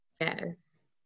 Yes